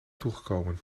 toegekomen